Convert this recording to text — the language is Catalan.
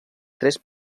tres